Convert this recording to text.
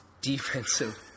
defensive